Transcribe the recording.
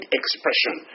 expression